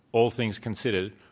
all things considered,